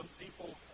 people